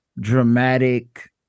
dramatic